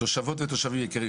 "תושבות ותושבים יקרים,